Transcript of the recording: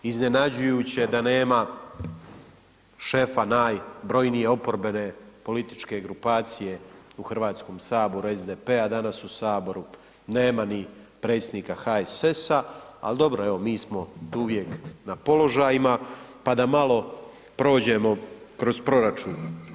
Iznenađujuće da nema šefa najbrojnije oporbene političke grupacije u Hrvatskom saboru SDP-a danas u Saboru, nema ni predsjednika HSS-a, ali dobro evo mi smo uvijek na položajima pa da malo prođemo kroz proračun.